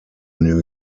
new